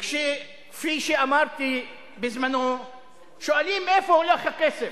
וכפי שאמרתי בזמנו, שואלים: איפה הולך הכסף?